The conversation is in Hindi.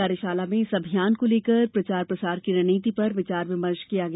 कार्यशाला में इस अभियान को लेकर प्रचार प्रसार की रणनीति पर विचार विमर्श किया गया